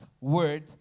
word